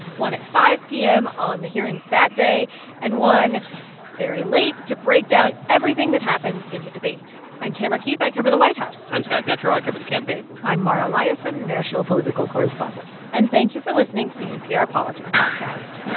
one at five p m. on the hearings that day and one very late to break down everything that happened in the debate i'm tamara keith. i cover the white house i'm scott detrow. i cover the campaign i'm mara liasson, national political correspondent and thank you for listening to the npr politics podcast